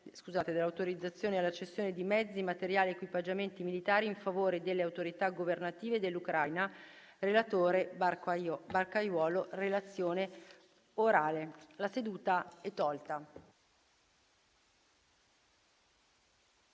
La seduta è tolta